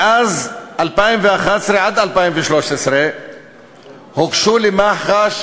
מאז 2011 ועד 2013 הוגשו למח"ש